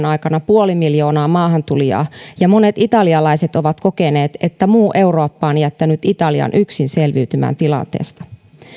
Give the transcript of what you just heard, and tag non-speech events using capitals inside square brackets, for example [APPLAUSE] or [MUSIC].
[UNINTELLIGIBLE] aikana puoli miljoonaa maahantulijaa ja monet italialaiset ovat kokeneet että muu eurooppa on jättänyt italian yksin selviytymään tilanteesta